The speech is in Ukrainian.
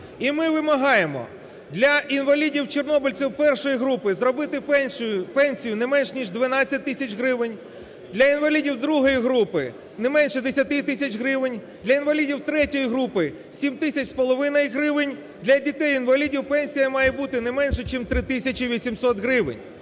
І ми вимагаємо для інвалідів-чорнобильців І групи зробити пенсію не менше ніж 12 тисяч гривень, для інвалідів ІІ групи – не менше 10 тисяч гривень, для інвалідів ІІІ групи – 7,5 тисяч гривень, для дітей-інвалідів пенсія має бути не менше чим 3 тисячі 800 гривень.